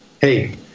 hey